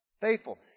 faithful